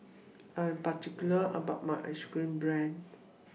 I Am particular about My Ice Cream Bread